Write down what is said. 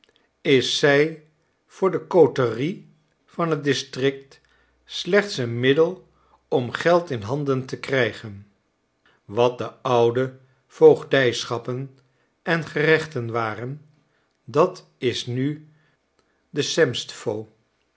is zij voor de coterie van het district slechts een middel om geld in handen te krijgen wat de oude voogdijschappen en gerechten waren dat is nu de semstwo